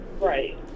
Right